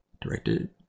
directed